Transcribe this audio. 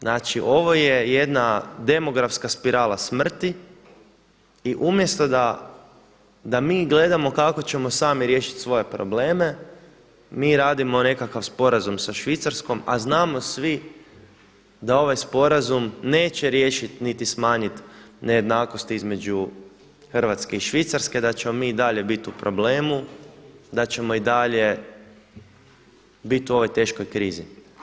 Znači ovo je jedna demografska spirala smrti i umjesto da mi gledamo kako ćemo sami riješiti svoje probleme, mi radimo nekakav sporazum sa Švicarskom, a znamo svi da ovaj sporazum neće riješiti niti smanjiti nejednakosti između Hrvatske i Švicarske, da ćemo mi i dalje biti u problemu, da ćemo i dalje biti u ovoj teškoj krizi.